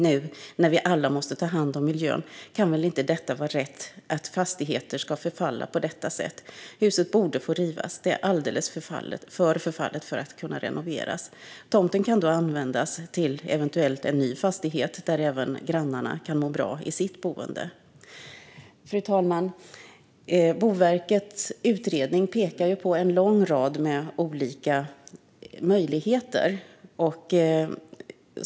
Nu när vi alla måste ta hand om miljön kan det väl inte vara rätt att fastigheter ska förfalla på detta sätt? Huset borde få rivas; det är alldeles för förfallet för att kunna renoveras. Tomten kan då eventuellt användas till en ny fastighet, där även grannarna kan må bra i sitt boende." Fru talman! Boverkets utredning pekar på en lång rad av olika möjligheter.